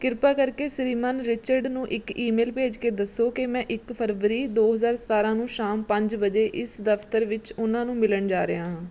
ਕਿਰਪਾ ਕਰਕੇ ਸ਼੍ਰੀਮਾਨ ਰਿਚਰਡ ਨੂੰ ਇੱਕ ਈਮੇਲ ਭੇਜ ਕੇ ਦੱਸੋ ਕਿ ਮੈਂ ਇੱਕ ਫ਼ਰਵਰੀ ਦੋ ਹਜ਼ਾਰ ਸਤਾਰਾਂ ਨੂੰ ਸ਼ਾਮ ਪੰਜ ਵਜੇ ਇਸ ਦਫ਼ਤਰ ਵਿਚ ਉਹਨਾਂ ਨੂੰ ਮਿਲਣ ਜਾ ਰਿਹਾ ਹਾਂ